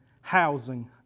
housing